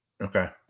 Okay